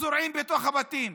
זורעים בתוך הבתים.